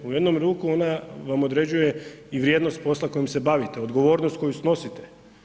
U jednu ruku ona vam određuje i vrijednost posla s kojim se bavite, odgovornost koju snosite.